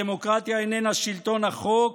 הדמוקרטיה איננה שלטון החוק